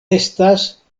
estas